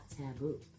taboo